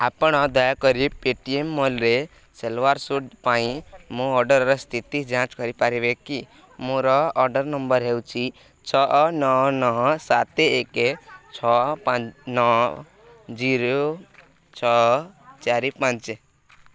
ଆପଣ ଦୟାକରି Paytm ମଲ୍ରେ ସେଲୱାର ସୁଟ୍ ପାଇଁ ମୋ ଅର୍ଡ଼ର୍ର ସ୍ଥିତି ଯାଞ୍ଚ କରିପାରିବେ କି ମୋର ଅର୍ଡ଼ର୍ ନମ୍ବର ହେଉଛି ଛଅ ନଅ ନଅ ସାତ ଏକେ ଛଅ ପାଞ୍ଚ ନଅ ଜିରୋ ଛଅ ଚାରି ପାଞ୍ଚ